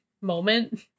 moment